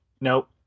Nope